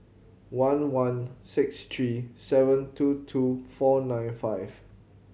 one one six three seven two two four nine five